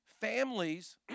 families